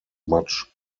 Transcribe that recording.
much